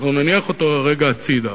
אנחנו נניח אותו רגע הצדה.